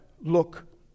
look